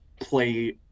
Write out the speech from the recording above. play